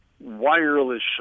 wireless